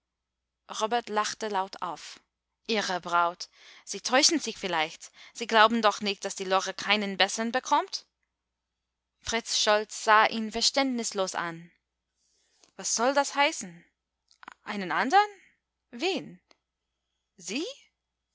robert lachte laut auf ihre braut sie täuschen sich vielleicht sie glauben doch nicht daß die lore keinen bessern bekommt fritz scholz sah ihn verständnislos an was soll das heißen einen andern wen sie